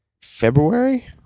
February